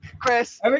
chris